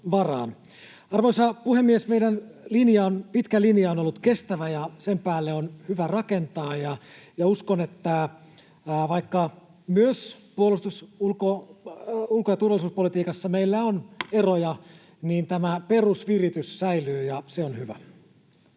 Arvoisa puhemies! Meidän pitkä linja on ollut kestävä, ja sen päälle on hyvä rakentaa. Uskon, että vaikka myös puolustus-, ulko- ja turvallisuuspolitiikassa meillä on eroja, niin tämä perusviritys säilyy, ja se on hyvä.